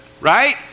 Right